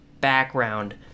background